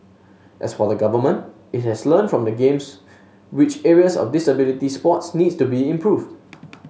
as for the government it has learnt from the Games which areas of disability sports need to be improved